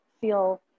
feel